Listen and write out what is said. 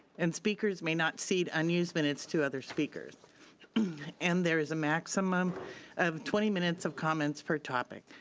and speakers may not cede unused minutes to other speakers and there is a maximum of twenty minutes of comments per topic.